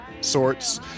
sorts